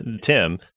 Tim